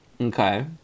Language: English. Okay